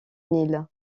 nil